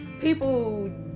people